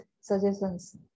suggestions